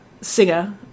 singer